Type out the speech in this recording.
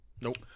nope